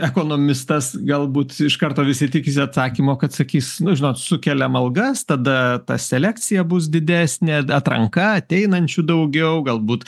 ekonomistas galbūt iš karto visi tikisi atsakymo kad sakys nu žinot sukeliam algas tada ta selekcija bus didesnė atranka ateinančių daugiau galbūt